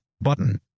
Button